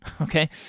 okay